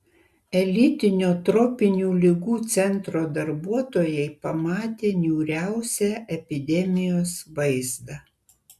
elitinio tropinių ligų centro darbuotojai pamatė niūriausią epidemijos vaizdą